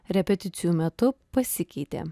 repeticijų metu pasikeitė